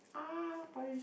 ah Parish